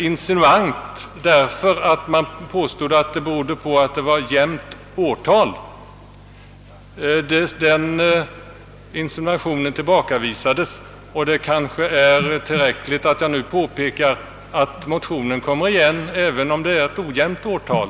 Man påstod litet insinuant att det berodde på att det var jämnt årtal då. Den insinuationen tillbakavisades, och det kanske är tillräckligt att jag nu påpekar att motionen kommer igen även om det är ojämnt årtal.